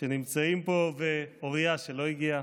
שנמצאים פה, ואוריה, שלא הגיעה,